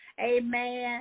Amen